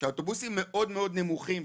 שהאוטובוסים מאוד נמוכים,